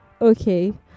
okay